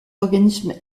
organismes